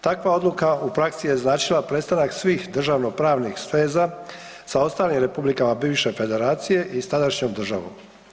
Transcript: Takva odluka u praksi je značila prestanak svih državnopravnih sveza sa ostalim republikama bivše federacije i s tadašnjom državom.